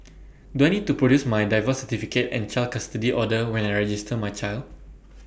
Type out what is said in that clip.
do I need to produce my divorce certificate and child custody order when I register my child